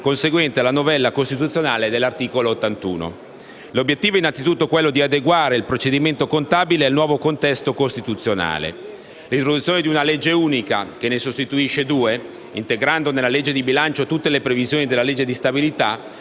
conseguente alla novella costituzionale dell'articolo 81. L'obiettivo è innanzitutto quello di adeguare il procedimento contabile al nuovo contesto costituzionale. L'introduzione di una legge unica, che ne sostituisce due, integrando nella legge di bilancio tutte le previsioni della legge di stabilità,